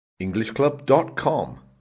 Englishclub.com